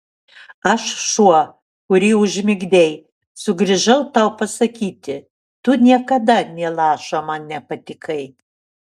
aš šuo kurį užmigdei sugrįžau tau pasakyti tu niekada nė lašo man nepatikai